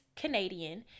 Canadian